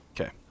Okay